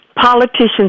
politicians